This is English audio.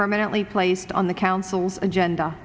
permanently placed on the council's agenda